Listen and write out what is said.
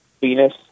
Venus